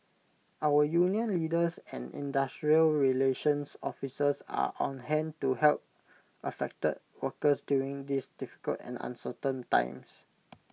our union leaders and industrial relations officers are on hand to help affected workers during these difficult and uncertain times